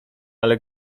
ale